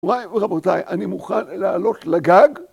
מורי ורבותיי, אני מוכן לעלות לגג